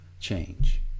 change